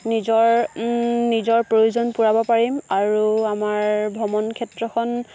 নিজৰ নিজৰ প্ৰয়োজন পূৰাব পাৰিম আৰু আমাৰ ভ্ৰমণ ক্ষেত্ৰখন